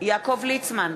יעקב ליצמן,